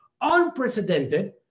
Unprecedented